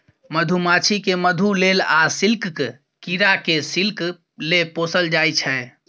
मधुमाछी केँ मधु लेल आ सिल्कक कीरा केँ सिल्क लेल पोसल जाइ छै